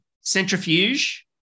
centrifuge